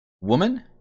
woman